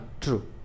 True